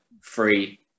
free